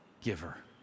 giver